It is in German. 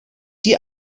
die